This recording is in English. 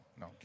No